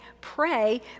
pray